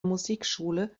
musikschule